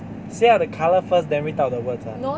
say out the colour first then read out the words ah